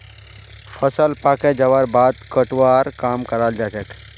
फसल पाके जबार बादे कटवार काम कराल जाछेक